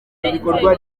ibikorwa